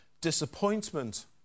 disappointment